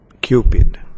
Cupid